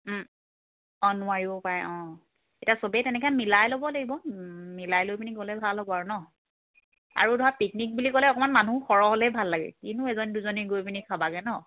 অঁ নোৱাৰিবও পাৰে অঁ এতিয়া সবেই তেনেকৈ মিলাই ল'ব লাগিব মিলাই লৈ পিনি গ'লে ভাল হ'ব আৰু নহ্ আৰু ধৰা পিকনিক বুলি ক'লে অকণমান মানুহ সৰহ হ'লেই ভাল লাগে কিনো এজন দুজনী গৈ পিনি খাবাগৈ নহ্